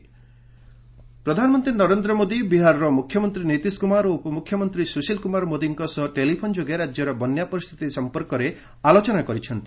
PM Bihar flood ପ୍ରଧାନମନ୍ତ୍ରୀ ନରେନ୍ଦ୍ର ମୋଦି ବିହାରର ମୁଖ୍ୟମନ୍ତ୍ରୀ ନୀତିଶ କୁମାର ଓ ଉପମୁଖ୍ୟମନ୍ତ୍ରୀ ସୁଶୀଲ କୁମାର ମୋଦିଙ୍କ ସହ ଟେଲିଫୋନ୍ ଯୋଗେ ରାଜ୍ୟର ବନ୍ୟା ପରିସ୍ଥିତି ସଂପର୍କରେ ଆଲୋଚନା କରିଛନ୍ତି